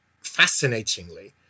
fascinatingly